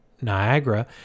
Niagara